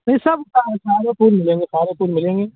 یہ سب سارے پھول ملیں گے سارے پھول ملیں گے